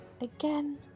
Again